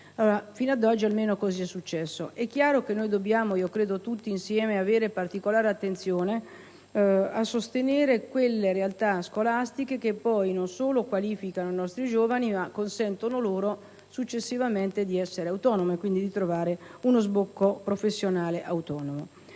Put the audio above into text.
fino ad oggi così è successo. È chiaro che dobbiamo, io credo tutti insieme, avere particolare attenzione a sostenere quelle realtà scolastiche che non solo qualificano i nostri giovani, ma consentono loro successivamente di trovare uno sbocco professionale autonomo.